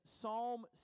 psalm